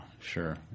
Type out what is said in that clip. sure